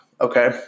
okay